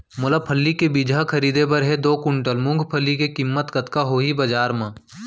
मोला फल्ली के बीजहा खरीदे बर हे दो कुंटल मूंगफली के किम्मत कतका होही बजार म?